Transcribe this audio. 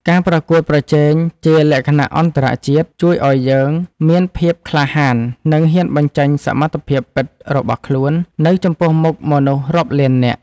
ការប្រកួតប្រជែងជាលក្ខណៈអន្តរជាតិជួយឱ្យយើងមានភាពក្លាហាននិងហ៊ានបញ្ចេញសមត្ថភាពពិតរបស់ខ្លួននៅចំពោះមុខមនុស្សរាប់លាននាក់។